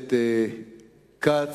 הכנסת כץ.